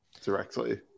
directly